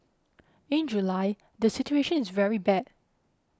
in July the situation is very bad